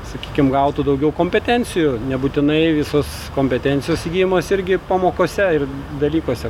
sakykim gautų daugiau kompetencijų nebūtinai visos kompetencijos įgyjamos irgi pamokose ir dalykuose